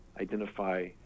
identify